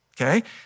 okay